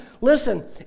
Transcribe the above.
Listen